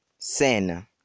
Sin